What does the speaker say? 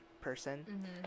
person